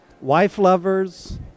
Wife-lovers